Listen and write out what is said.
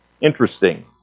Interesting